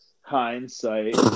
Hindsight